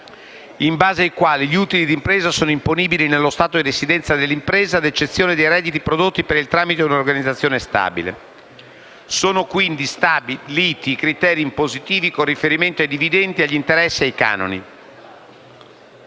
in base al quale gli utili di impresa sono imponibili nello Stato di residenza dell'impresa, ad eccezione dei redditi prodotti per il tramite di una organizzazione stabile. Sono quindi stabiliti i criteri impositivi con riferimento ai dividendi, agli interessi e ai canoni.